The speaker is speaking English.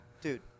Dude